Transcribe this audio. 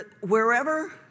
Wherever